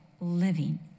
living